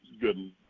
good